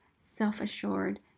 self-assured